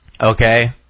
Okay